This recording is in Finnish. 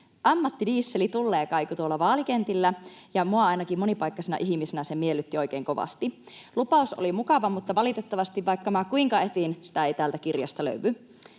”Ammattidiesel tulee”, kaikui tuolla vaalikentillä, ja minua ainakin monipaikkaisena ihmisenä se miellytti oikein kovasti. Lupaus oli mukava, mutta valitettavasti, vaikka minä kuinka etsin, sitä ei täältä kirjasta löydy.